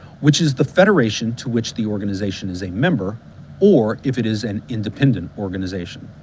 which is the federation to which the organization is a member or if it is an independent organization.